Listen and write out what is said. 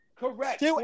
Correct